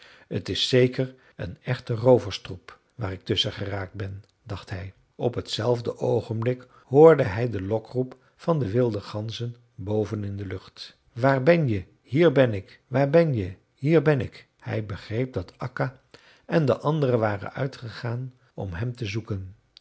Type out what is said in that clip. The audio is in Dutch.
t is zeker een echte rooverstroep waar ik tusschen geraakt ben dacht hij op t zelfde oogenblik hoorde hij den lokroep van de wilde ganzen boven in de lucht waar ben je hier ben ik waar ben je hier ben ik hij begreep dat akka en de anderen waren uitgegaan om hem te zoeken